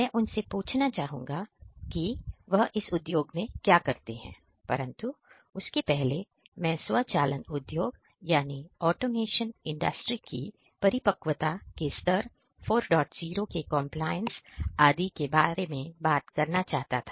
मैं इन से पूछना चाहूंगा कि वह इस उद्योग में क्या करते हैं परंतु उसके पहले मैं स्वचालन उद्योग की परिपक्वता के स्तर 40 के कंप्लायंस आदि के बारे में बात करना चाहता था